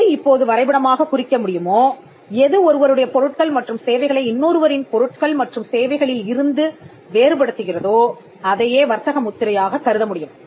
எதை இப்போது வரைபடமாகக் குறிக்க முடியுமோ எது ஒருவருடைய பொருட்கள் மற்றும் சேவைகளை இன்னொருவரின் பொருட்கள் மற்றும் சேவைகளில் இருந்து வேறுபடுத்துகிறதோ அதையே வர்த்தக முத்திரையாகக் கருதமுடியும்